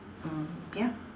mm yup